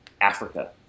Africa